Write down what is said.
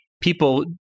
people